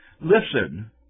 Listen